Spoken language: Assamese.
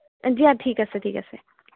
দিয়া ঠিক আছে ঠিক আছে